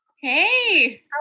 Hey